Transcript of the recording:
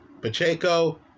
Pacheco